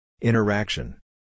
Interaction